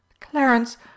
Clarence